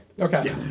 Okay